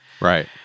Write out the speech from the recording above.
Right